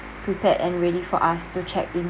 prepared and ready for us to check in